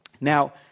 Now